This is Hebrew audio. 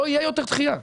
לא יהיה יותר דחייה.